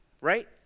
Right